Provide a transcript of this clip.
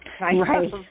Right